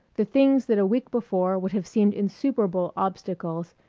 the things that a week before would have seemed insuperable obstacles,